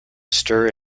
stir